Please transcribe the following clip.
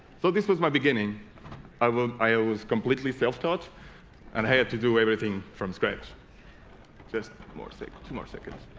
so this was my beginning i will i ah was completely self-taught and hired to do everything from scratch just more safe two more seconds